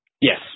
Yes